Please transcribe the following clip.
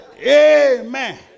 Amen